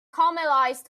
caramelized